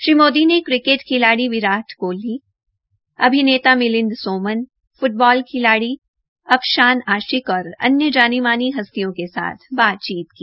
श्री मोदी ने क्रिकेट खिलाड़ी विराट कोहली अभिनेता मिलिंद सोनम फ्टबाल खिलाड़ी अफशान आशिक और अन्य जानी मानी हस्तियों के साथ बातचीत की